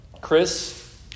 Chris